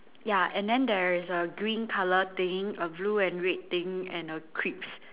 ya and then there is a green colour thing a blue and red thing and a crisp